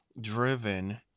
driven